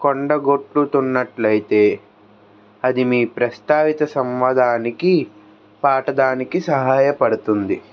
కొండగొట్టుతున్నట్లయితే అది మీ ప్రస్తావిత సంవాధానికి పాట దానికి సహాయపడుతుంది